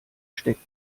steckt